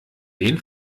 den